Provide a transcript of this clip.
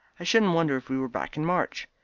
i shouldn't wonder if we were back in march.